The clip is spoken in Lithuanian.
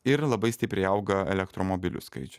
ir labai stipriai auga elektromobilių skaičius